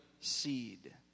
seed